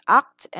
act